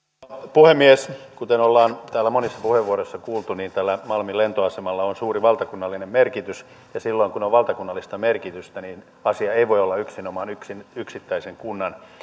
puhemies kuten ollaan täällä monissa puheenvuoroissa kuultu niin tällä malmin lentoasemalla on suuri valtakunnallinen merkitys ja silloin kun on valtakunnallista merkitystä asia ei voi olla yksin yksittäisen kunnan